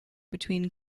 between